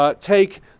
Take